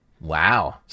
Wow